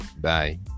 Bye